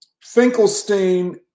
Finkelstein